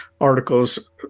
articles